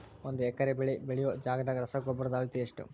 ಒಂದ್ ಎಕರೆ ಬೆಳೆ ಬೆಳಿಯೋ ಜಗದಾಗ ರಸಗೊಬ್ಬರದ ಅಳತಿ ಎಷ್ಟು?